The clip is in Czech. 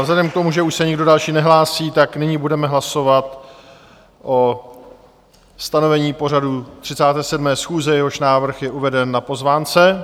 Vzhledem k tomu, že už se nikdo další nehlásí, nyní budeme hlasovat o stanovení pořadu 37. schůze, jehož návrh je uveden na pozvánce.